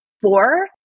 Four